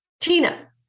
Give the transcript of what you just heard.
Tina